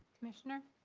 commissioner.